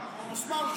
אה, מוסמאר ג'וחא?